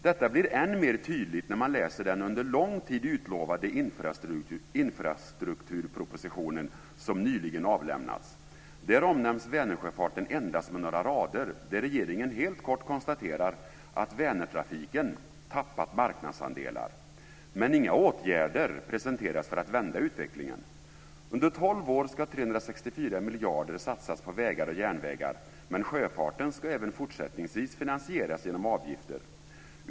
Detta blir än mer tydligt när man läser den under lång tid utlovade infrastrukturpropositionen, som nyligen avlämnats. Där omnämns Vänersjöfarten endast med några rader, där regeringen helt kort konstaterar att Vänertrafiken tappat marknadsandelar. Men inga åtgärder presenteras för att vända utvecklingen. Under tolv år ska 364 miljarder satsas på vägar och järnvägar, men sjöfarten ska även fortsättningsvis finansieras genom avgifter.